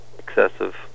Excessive